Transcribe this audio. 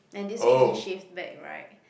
and this week he shave back right